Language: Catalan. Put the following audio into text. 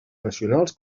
nacionals